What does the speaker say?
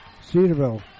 Cedarville